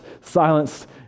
silenced